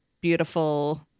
beautiful